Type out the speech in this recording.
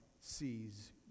sees